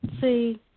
See